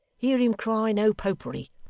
hear him cry no popery!